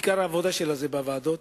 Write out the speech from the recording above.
עיקר העבודה שלה זה בוועדות.